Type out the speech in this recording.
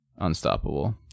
Unstoppable